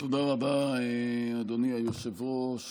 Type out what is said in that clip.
תודה רבה, אדוני היושב-ראש.